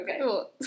Okay